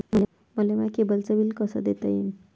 मले माया केबलचं बिल कस देता येईन?